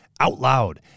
OUTLOUD